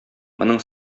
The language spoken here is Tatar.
моның